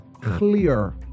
clear